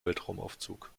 weltraumaufzug